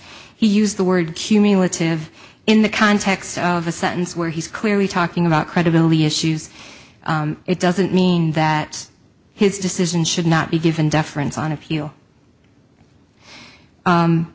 he used the word cumulative in the context of a sentence where he's clearly talking about credibility issues it doesn't mean that his decision should not be given deference on a